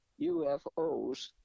UFOs